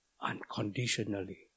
unconditionally